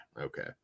Okay